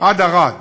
עד ערד